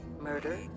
Murder